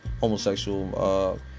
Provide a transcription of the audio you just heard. homosexual